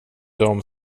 dem